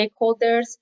stakeholders